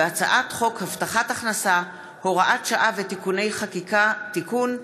הצעת חוק הבטחת הכנסה (הוראת שעה ותיקוני חקיקה) (תיקון),